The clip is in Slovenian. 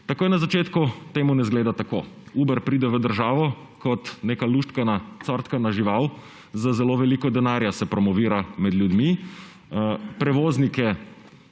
Takoj na začetku temu ne izgleda tako. Uber pride v državo kot neka luštkana, »cortkana« živala z zelo veliko denarja, se promovira med ljudmi. Prevoznike